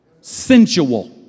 Sensual